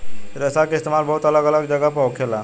रेशा के इस्तेमाल बहुत अलग अलग जगह पर होखेला